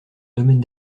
domaine